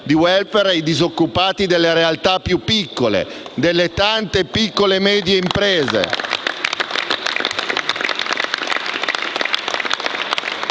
di *welfare* ai disoccupati delle realtà più piccole, delle tante piccole e medie imprese.